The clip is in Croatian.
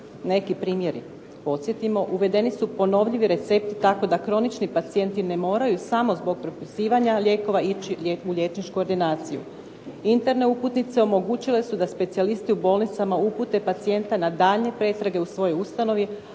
Neki primjeri. Podsjetimo, uvedeni su ponovljivi recepti tako da kronični pacijenti ne moraju samo zbog propisivanja lijekova ići u liječničku ordinaciju. Interne uputnice omogućile su da specijalisti u bolnicama upute pacijenta na daljnje pretrage u svojoj ustanovi